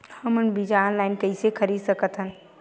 हमन बीजा ऑनलाइन कइसे खरीद सकथन?